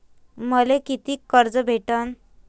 मले कितीक कर्ज भेटन?